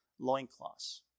loincloths